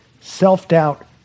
self-doubt